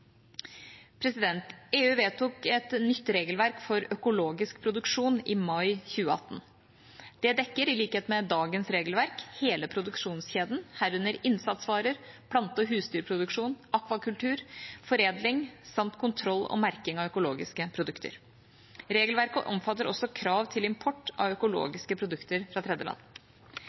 EU vedtok et nytt regelverk for økologisk produksjon i mai 2018. Det dekker, i likhet med dagens regelverk, hele produksjonskjeden, herunder innsatsvarer, plante- og husdyrproduksjon, akvakultur, foredling samt kontroll og merking av økologiske produkter. Regelverket omfatter også krav til import av økologiske produkter fra tredjeland.